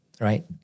right